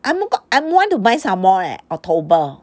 I'm gon~ I want to buy some more leh october